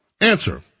Answer